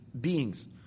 beings